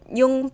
yung